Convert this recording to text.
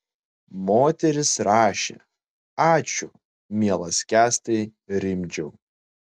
moteris rašė ačiū mielas kęstai rimdžiau